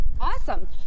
Awesome